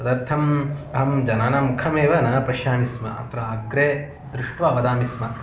तदर्थम् अहं जनानां मुखमेव न पश्यामि स्म अत्र अग्रे दृष्ट्वा वदामि स्म